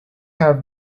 have